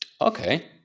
Okay